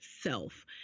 Self